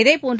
இதேபோன்று